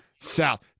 south